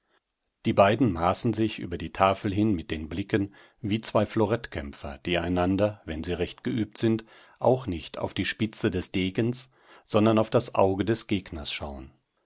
die beiden maßen sich über die tafel hin mit den blicken wie zwei florettkämpfer die einander wenn sie recht geübt sind auch nicht auf die spitze des degens sondern auf das auge des gegners schauen